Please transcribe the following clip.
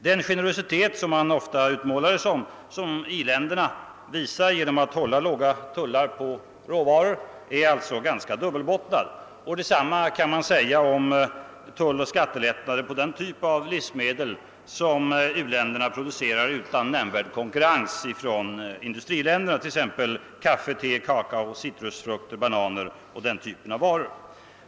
Den generositet som industriländerna säges visa genom att ha låga tullar på råvaror är alltså ganska dubbelbottnad, och detsamma kan sägas om tulloch skattelättnader på den typ av livsmedel som u-länderna producerar utan nämnvärd konkurrens från industriländerna, t.ex. kaffe, te, kakao, citrusfrukter, bananer och den typen av varor.